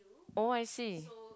oh I see